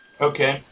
Okay